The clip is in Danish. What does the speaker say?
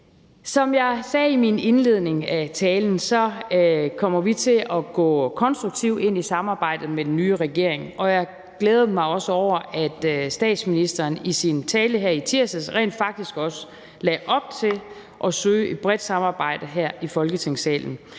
Som jeg sagde i min indledning af talen, kommer vi til at gå konstruktivt ind i samarbejdet med den nye regering, og jeg glædede mig også over, at statsministeren i sin tale her i tirsdags rent faktisk også lagde op til at søge et bredt samarbejde her i Folketingssalen.